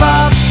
up